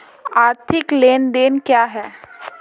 आर्थिक लेनदेन क्या है?